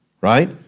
right